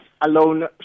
alone